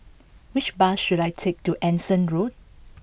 which bus should I take to Anson Road